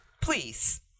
please